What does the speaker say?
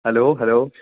hello hello